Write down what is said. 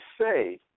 say